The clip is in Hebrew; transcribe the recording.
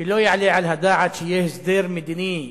שלא יעלה על הדעת שיהיה הסדר מדיני